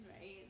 right